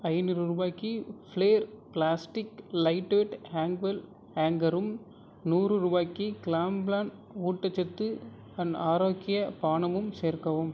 ஐநூறு ரூபாய்க்கு flair plastics lightweight Hangwell ஹேங்கரும் நூறு ரூபாய்க்கு காம்ப்ளான் ஊட்டச்சத்து அண்ட் ஆரோக்கிய பானமும் சேர்க்கவும்